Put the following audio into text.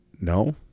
no